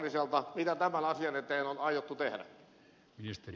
mitä tämän asian eteen on aiottu tehdä